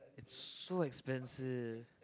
it's so expensive